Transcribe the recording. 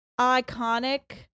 iconic